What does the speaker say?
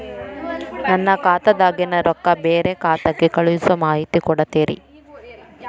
ನನ್ನ ಖಾತಾದಾಗಿನ ರೊಕ್ಕ ಬ್ಯಾರೆ ಖಾತಾಕ್ಕ ಕಳಿಸು ಮಾಹಿತಿ ಕೊಡತೇರಿ?